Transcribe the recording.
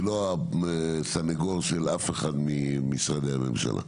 אני לא הסנגור של אף אחד ממשרדי הממשלה,